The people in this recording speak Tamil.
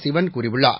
சிவன் கூறியுள்ளார்